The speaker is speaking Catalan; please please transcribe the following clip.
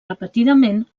repetidament